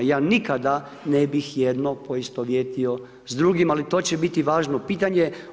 Ja nikada ne bih jedno poistovjetio s drugim, ali to će biti važno pitanje.